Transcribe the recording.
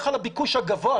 על הביקוש הגבוה,